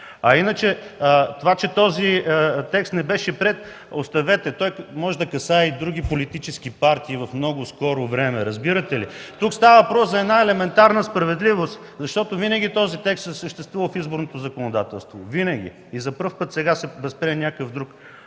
А иначе, това, че този текст не беше приет, оставете, той може да касае други политически партии в много скоро време, разбирате ли? Тук става въпрос за една елементарна справедливост, защото винаги този текст е съществувал в изборното законодателство. Винаги! И за първи път сега се възприе някакъв друг